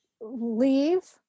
leave